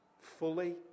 fully